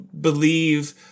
believe